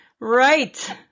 right